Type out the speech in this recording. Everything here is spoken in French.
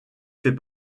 fait